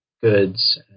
goods